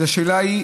אז השאלה היא,